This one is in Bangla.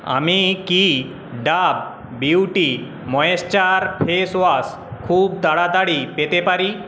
আমি কি Dove beauty moisture face wash খুব তাড়াতাড়ি পেতে পারি